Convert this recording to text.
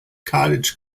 cottage